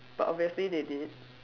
but obviously they did